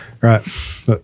right